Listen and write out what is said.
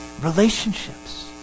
Relationships